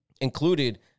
included